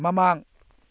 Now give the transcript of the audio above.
ꯃꯃꯥꯡ